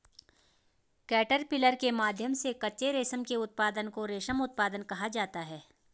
caterpillar के माध्यम से कच्चे रेशम के उत्पादन को रेशम उत्पादन कहा जाता है